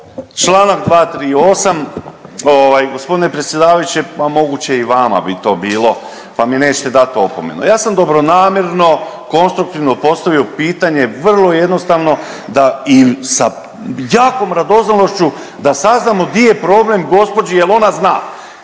Čl. 238. Ovaj, g. predsjedavajući, a moguće i vama bi to bilo pa mi nećete dati opomenu. Ja sam dobronamjerno, konstruktivno postavio pitanje vrlo jednostavno da i sa jakom radoznalošću da saznamo di je problem gospođi jer ona zna